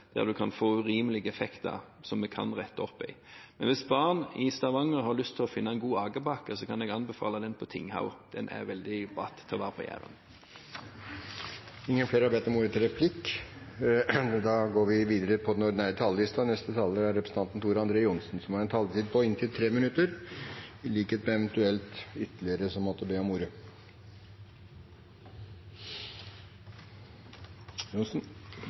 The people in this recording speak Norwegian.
der en kan få urimelige effekter, som vi kan rette opp i? Men hvis barn i Stavanger har lyst til å finne en god akebakke, kan jeg anbefale den på Tinghaug. Den er veldig bratt til å være på Jæren. Replikkordskiftet er omme. De talere som heretter får ordet, har en taletid på inntil 3 minutter. Når det gjelder «pakkene» som vi snakker om, som egentlig ikke er pakker, er det én ting som kjennetegner dem. Det er en negativ holdning til biler og bilister, og så